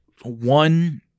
one